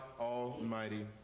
almighty